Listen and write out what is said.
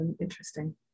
interesting